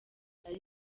ari